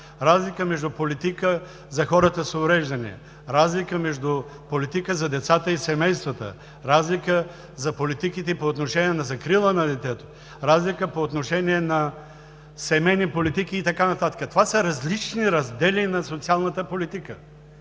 разлика между политика за хората с увреждания, разлика между политика за децата и семействата, разлика за политиките по отношение на закрила на детето, разлика по отношение на семейни политики и така нататък. Това са различни раздели на социалната политика.